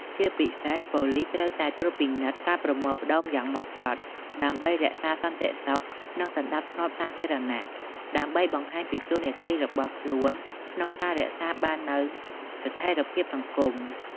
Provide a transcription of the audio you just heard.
ជាពិសេស ប៉ូលិសត្រូវតែត្រួតពិនិត្យការប្រមូលផ្ដុំយ៉ាងម៉ត់ចត់ ដើម្បីរក្សាសន្តិសុខ និងសណ្តាប់ធ្នាប់សាធារណៈ ដើម្បីបង្ហាញពីតួនាទីរបស់ខ្លួនក្នុងការរក្សាបាននូវស្ថេរភាពសង្គម។